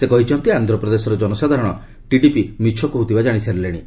ସେ କହିଛନ୍ତି ଆନ୍ଧ୍ରପ୍ରଦେଶର ଜନସାଧାରଣ ଟିଡିପି ମିଛ କହ୍ରଥିବା ଜାଣିସାରିଲେଣି